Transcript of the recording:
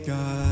God